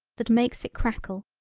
that makes it crackle,